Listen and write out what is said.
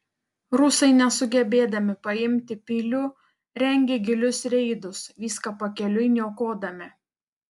rusai nesugebėdami paimti pilių rengė gilius reidus viską pakeliui niokodami